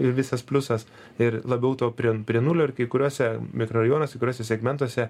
ir visas pliusas ir labiau to prie prie nulio ir kai kuriuose mikrorajonuose kai kuriuose segmentuose